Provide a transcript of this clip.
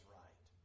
right